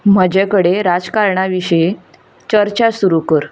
म्हजे कडेन राजकारणा विशीं चर्चा सुरू कर